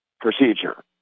procedure